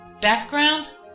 background